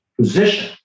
position